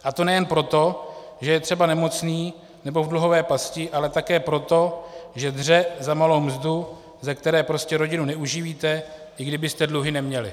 A to nejen proto, že je třeba nemocný nebo v dluhové pasti, ale také proto, že dře za malou mzdu, ze které prostě rodinu neuživíte, i kdybyste dluhy neměli.